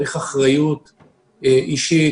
צריך אחריות אישית,